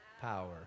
power